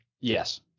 Yes